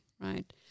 right